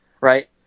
Right